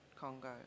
Congo